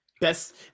Best